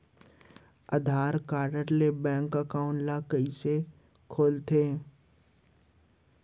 आधार card ले bank account ल कइसे खोलथे?